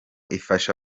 ifasha